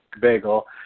bagel